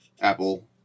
Apple